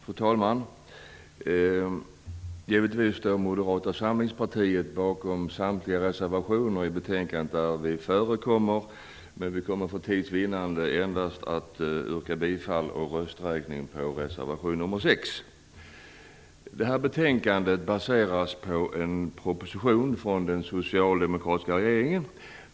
Fru talman! Givetvis står Moderata samlingspartiet bakom samtliga reservationer där vi förekommer i betänkandet, men vi kommer för tids vinnande att yrka bifall och rösträkning endast till reservation nr 6. Det här betänkandet baseras på en proposition från den socialdemokratiska regeringen.